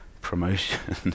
promotion